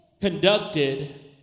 conducted